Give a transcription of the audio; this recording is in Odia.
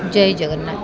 ଜୟ ଜଗନ୍ନାଥ